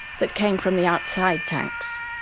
that came from the outside tanks.